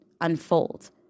unfold